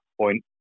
point